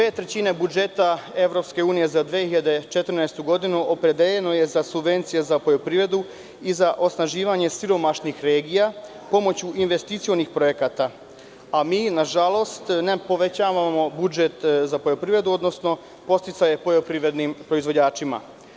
Dve trećine budžeta EU za 2014. godinu opredeljeno je za subvencije za poljoprivredu i za osnaživanje siromašnih regija pomoću investicionih projekata, a mi, nažalost, ne povećavamo budžet za poljoprivredu odnosno podsticaje poljoprivrednim proizvođačima.